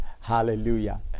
hallelujah